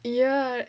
ya